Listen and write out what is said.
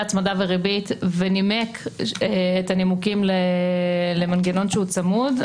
הצמדה וריבית" ונימק את הנימוקים למנגנון שהוא צמוד,